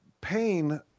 pain